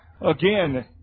Again